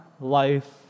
life